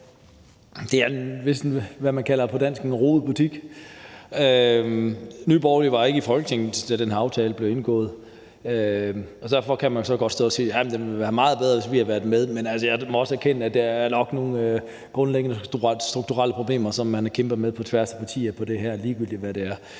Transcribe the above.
Det er vist, hvad man på dansk kalder en rodebutik. Nye Borgerlige var ikke i Folketinget, da den her aftale blev indgået, og derfor kan man jo godt stå at sige: Jamen den ville være blevet meget bedre, hvis vi havde været med. Men jeg må også erkende, at der nok er nogle grundlæggende strukturelle problemer, som man kæmper med på tværs af partier – ligegyldigt hvilket det er